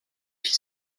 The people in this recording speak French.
fit